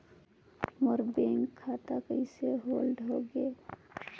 मोर bank खाता कइसे hold होगे?